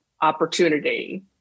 opportunity